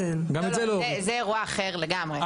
לא, זה אירוע אחר לגמרי.